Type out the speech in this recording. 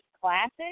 Classic